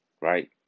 Right